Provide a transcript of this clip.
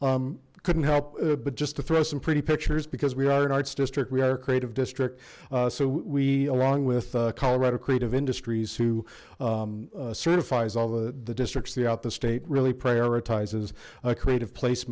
line couldn't help but just to throw some pretty pictures because we are in arts district we are a creative district so we along with colorado creative industries who certifies all the districts throughout the state really prioritizes a creative place